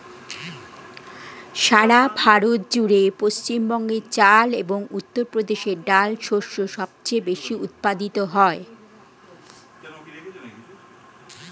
সারা ভারত জুড়ে পশ্চিমবঙ্গে চাল এবং উত্তরপ্রদেশে ডাল শস্য সবচেয়ে বেশী উৎপাদিত হয়